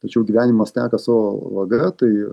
tačiau gyvenimas teka savo vaga tai